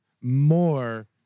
more